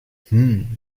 hmm